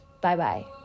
Bye-bye